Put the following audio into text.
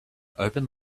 open